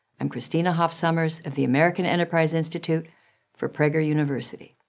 i'm christina hoff sommers of the american enterprise institute for prager university.